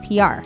PR